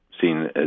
seen